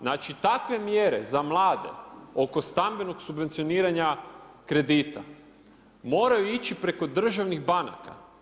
Znači takve mjere za mlade, oko stambenog subvencioniranja kredita moraju ići preko državnih banaka.